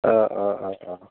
অ' অ' অ' অ'